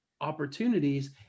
opportunities